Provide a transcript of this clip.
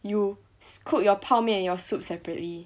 you cook your 泡面 and your soup separately